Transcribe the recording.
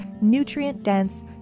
nutrient-dense